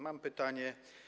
Mam pytanie.